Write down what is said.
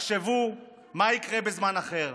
תחשבו מה יקרה בזמן אחר,